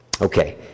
Okay